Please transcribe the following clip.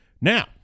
Now